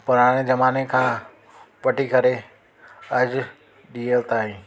पुराणे जमाने खां वठी करे अॼु ॾींह ताईं